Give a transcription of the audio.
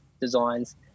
designs